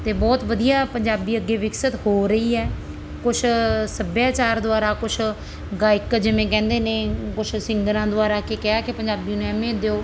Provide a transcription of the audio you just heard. ਅਤੇ ਬਹੁਤ ਵਧੀਆ ਪੰਜਾਬੀ ਅੱਗੇ ਵਿਕਸਿਤ ਹੋ ਰਹੀ ਹੈ ਕੁਛ ਸੱਭਿਆਚਾਰ ਦੁਆਰਾ ਕੁਛ ਗਾਇਕ ਜਿਵੇਂ ਕਹਿੰਦੇ ਨੇ ਕੁਛ ਸਿੰਗਰਾਂ ਦੁਆਰਾ ਕੇ ਕਿਹਾ ਕਿ ਪੰਜਾਬੀ ਨੂੰ ਅਹਿਮੀਅਤ ਦਿਓ